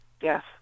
Yes